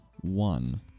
one